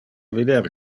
vider